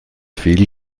viel